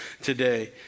today